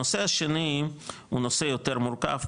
הנושא השני הוא נושא יותר מורכב,